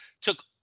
took